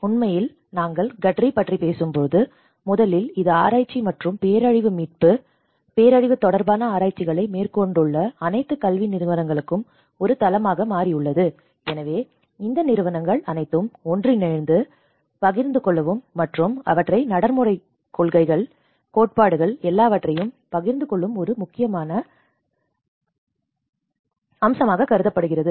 உண்மையில் நாங்கள் GADRI பற்றி பேசும்போது முதலில் இது ஆராய்ச்சி மற்றும் பேரழிவு மீட்பு மற்றும் பேரழிவு தொடர்பான ஆராய்ச்சிகளை மேற்கொண்டுள்ள அனைத்து கல்வி நிறுவனங்களுக்கும் ஒரு தளமாக மாறியுள்ளது எனவே இந்த நிறுவனங்கள் அனைத்தும் ஒன்றிணைந்து பகிர்ந்து கொள்ளவும் மற்றும் அவற்றை நடைமுறை கொள்கைகள் கோட்பாடுகள் எல்லாவற்றையும் பகிர்ந்து கொள்ளும் ஒரு முக்கியமான பழமாக கருதப்படுகிறது